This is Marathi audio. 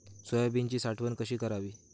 सोयाबीनची साठवण कशी करावी?